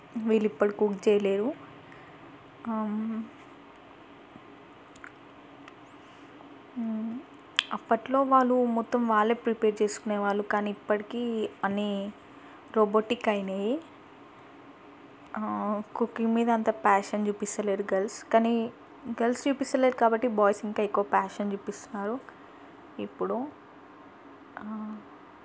వీళ్ళు ఇప్పుడు కుక్ చేయలేరు అప్పట్లో వాళ్ళు మొత్తం వాళ్ళే ప్రిపేర్ చేసుకునే వాళ్ళు కానీ ఇప్పటికీ అని రోబోటిక్ అయినాయి కుకింగ్ మీద అంత ప్యాషన్ చూపస్తలేరు గర్ల్స్ కానీ గర్ల్స్ చూపిస్సలేదు కాబట్టి బాయ్స్ ఇంకా ఎక్కువ ప్యాషన్ చూపిస్తున్నారు ఇప్పుడు